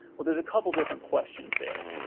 well, there's a couple different questions there.